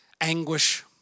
anguish